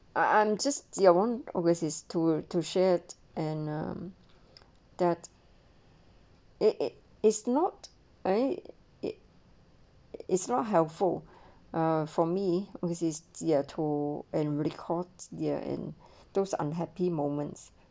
I i am just want always is to to share and ah that it it is not ah it is not helpful ah for me muses year two and records there and those unhappy moments